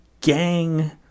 gang